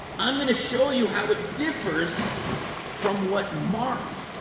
i'm gonna show you how it differs from what mark?